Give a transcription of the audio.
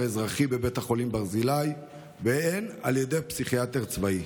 אזרחי בבית החולים ברזילי והן על ידי פסיכיאטר צבאי.